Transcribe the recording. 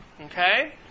Okay